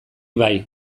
bai